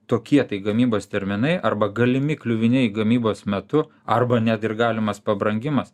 tokie tai gamybos terminai arba galimi kliuviniai gamybos metu arba net ir galimas pabrangimas